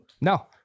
No